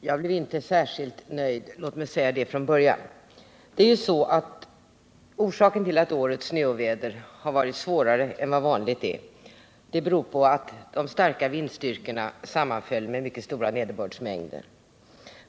Jag blev inte särskilt nöjd, låt mig säga det från början. Orsaken till att årets snöoväder har varit svårare än vad som är vanligt är att de starka vindstyrkorna sammanföll med mycket stora nederbördsmängder.